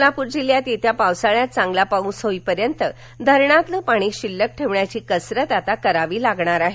सोलापूर जिल्ह्यात येत्या पावसाळ्यात चांगला पाऊस होईपर्यंत धरणातलं पाणी शिल्लक ठेवण्याची कसरत आता करावी लागणार आहे